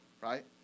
right